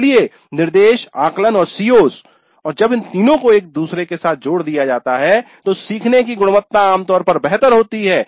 इसलिए निर्देश आकलन और CO's और जब इन तीनों को एक दूसरे के साथ जोड़ दिया जाता है तो सीखने की गुणवत्ता आम तौर पर बेहतर होती है